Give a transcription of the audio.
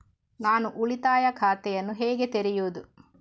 ನಾನು ಉಳಿತಾಯ ಖಾತೆಯನ್ನು ಹೇಗೆ ತೆರೆಯುದು?